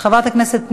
חבר הכנסת איציק שמולי?